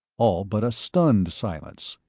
all but a stunned silence.